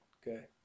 good